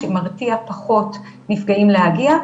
שמרתיע פחות נפגעים להגיע,